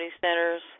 centers